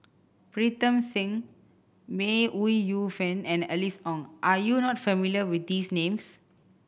Pritam Singh May Ooi Yu Fen and Alice Ong are you not familiar with these names